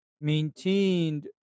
maintained